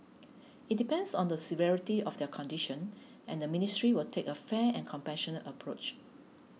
it depends on the severity of their condition and the ministry will take a fair and compassionate approach